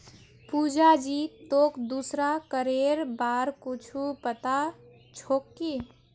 पुजा जी, तोक दूसरा करेर बार कुछु पता छोक की